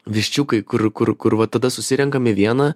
viščiukai kur kur kur va tada susirenkam į vieną